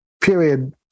period